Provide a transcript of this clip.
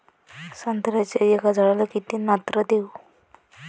संत्र्याच्या एका झाडाले किती नत्र देऊ?